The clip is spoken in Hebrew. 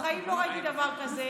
בחיים לא ראיתי דבר כזה,